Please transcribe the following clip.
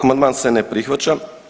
Amandman se ne prihvaća.